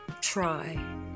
try